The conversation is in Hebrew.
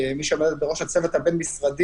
כמי שעומדת בראש הצוות הבין-משרדי,